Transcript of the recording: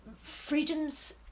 freedom's